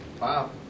Wow